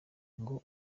ngo